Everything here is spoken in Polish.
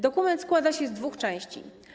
Dokument składa się z dwóch części.